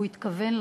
והוא התכוון לזה.